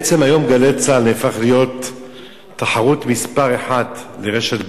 בעצם "גלי צה"ל" היום הפך להיות תחרות מספר אחת לרשת ב'.